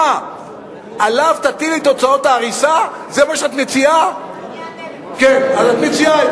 על-פי חוק זה פועלת ברשות האוכלוסין ועדה מייעצת